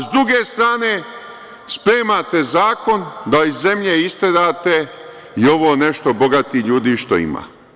Sa druge strane, spremate zakon da iz zemlje isterate i ovo nešto bogati ljudi što ima.